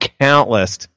countless